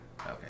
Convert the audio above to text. Okay